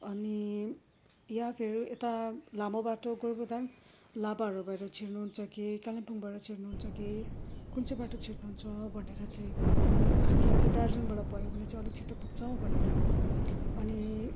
अनि या फिर यता लामो बाटो गोरुबथान लाभाहरू भएर छिर्नुहुन्छ कि कालिम्पोङबाट छिर्नुहुन्छ कि कुन चाहिँ बाटो छिर्नुहुन्छ भनेर चाहिँ हामीलाई चाहिँ दार्जिलिङबाट भयो भने चाहिँ अलिक छिटो पुग्छौँ भनेर अनि